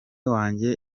wanjye